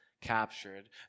captured